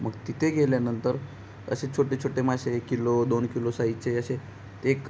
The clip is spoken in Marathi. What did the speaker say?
मग तिथे गेल्यानंतर असे छोटे छोटे मासे किलो दोन किलो साईजचे असे एक